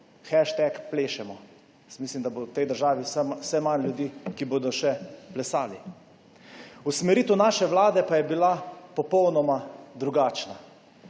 plače. #plešemo. Jaz mislim, da bo v tej državi vse manj ljudi, ki bodo še plesali. Usmeritev naše vlade pa je bila popolnoma drugačna.